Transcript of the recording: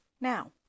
Now